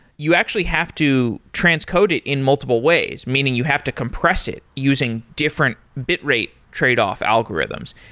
you actually have to transcode it in multiple ways. meaning, you have to compress it using different bitrate trade-off algorithms.